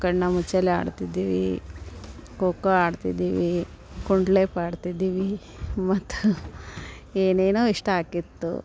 ಕಣ್ಣು ಮುಚ್ಚಾಲೆ ಆಡ್ತಿದ್ದೆವು ಖೊ ಖೋ ಆಡ್ತಿದ್ದೆವು ಕುಂಟ್ಲಿಪ್ ಆಡ್ತಿದ್ದೆವು ಮತ್ತು ಏನೇನೋ ಇಷ್ಟ ಆಗಿತ್ತು